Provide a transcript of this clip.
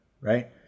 right